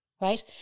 right